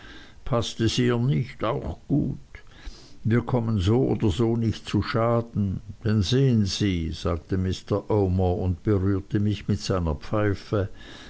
paßt es ihr nicht auch gut wir kommen so oder so nicht zu schaden denn sehen sie sagte mr omer und berührte mich mit seiner pfeife